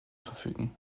verfügen